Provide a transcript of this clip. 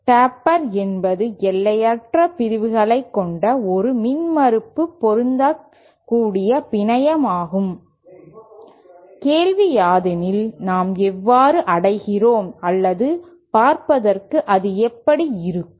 taper என்பது எல்லையற்ற பிரிவுகளைக் கொண்ட ஒரு மின்மறுப்பு பொருந்தக்கூடிய பிணையமாகும் கேள்வி யாதெனின் நாம் எவ்வாறு அடைகிறோம் அல்லது பார்ப்பதற்கு அது எப்படி இருக்கும்